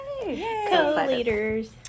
co-leaders